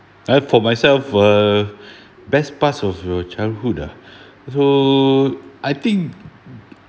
ah for myself uh best pass of your childhood ah so I think